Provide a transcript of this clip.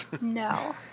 No